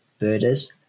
birders